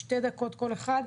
שתי דקות לכל אחד.